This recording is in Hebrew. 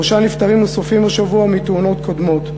שלושה נפטרים נוספים השבוע מתאונות קודמות: